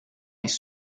les